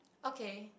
okay